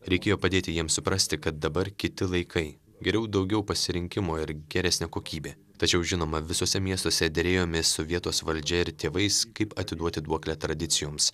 reikėjo padėti jiem suprasti kad dabar kiti laikai geriau daugiau pasirinkimo ir geresnė kokybė tačiau žinoma visuose miestuose derėjomės su vietos valdžia ir tėvais kaip atiduoti duoklę tradicijoms